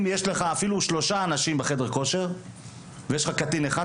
אפילו אם יש לך שלושה אנשים בחדר הכושר ויש לך קטין אחד,